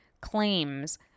claims